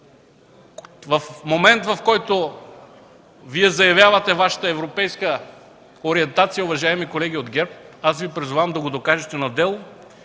В момент, в който Вие заявявате Вашата европейска ориентация, уважаеми колеги от ГЕРБ, аз Ви призовавам да го докажете на дело,